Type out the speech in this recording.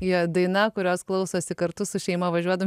daina kurios klausosi kartu su šeima